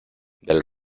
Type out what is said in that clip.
del